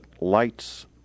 lights